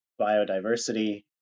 biodiversity